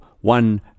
one